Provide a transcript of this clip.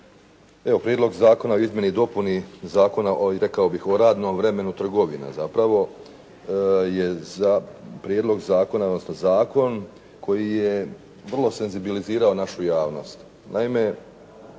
Prijedlog zakona o izmjeni i dopuni Zakona rekao bih o radnom vremenu trgovina zapravo je prijedlog zakona, odnosno zakon koji je vrlo senzibilizirao našu javnost.